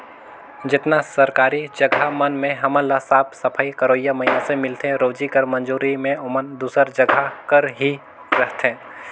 जेतना सरकारी जगहा मन में हमन ल साफ सफई करोइया मइनसे मिलथें रोजी कर मंजूरी में ओमन दूसर जगहा कर ही रहथें